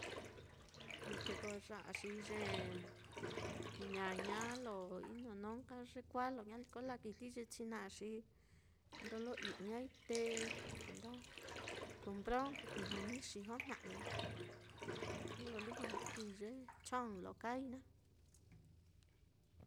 Te ko ya á xi ye ñaña á lo inonó nka yekuāā, lo ñaliko lakijii ye china á, xi ndolo ijñai te kuenda kuu mbron kujuni xijojna'ai, ye lo lujua ndukui ye chong lo kaai naá.